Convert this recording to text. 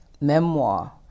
memoir